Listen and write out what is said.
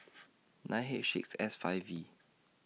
nine H six S five V